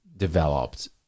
developed